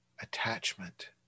attachment